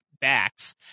backs